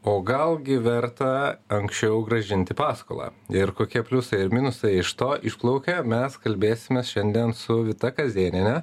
o gal gi verta anksčiau grąžinti paskolą ir kokie pliusai ir minusai iš to išplaukia mes kalbėsimės šiandien su vita kazėniene